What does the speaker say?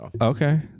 Okay